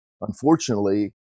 unfortunately